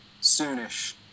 soon-ish